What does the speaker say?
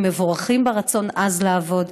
הם מבורכים ברצון עז לעבוד,